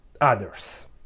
others